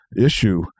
issue